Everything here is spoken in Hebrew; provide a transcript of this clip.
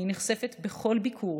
אני נחשפת בכל ביקור